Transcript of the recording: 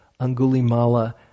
Angulimala